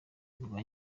rwa